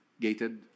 Gated